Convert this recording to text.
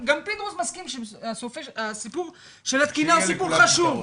גם פינדרוס מסכים שהסיפור של התקינה הוא סיפור חשוב.